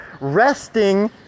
resting